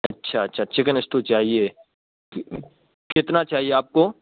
اچھا اچھا chicken stew چاہیے کتنا چاہیے آپ کو